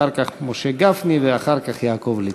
אחר כך, משה גפני, ואחר כך, יעקב ליצמן.